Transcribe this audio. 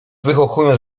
wychuchując